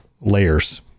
layers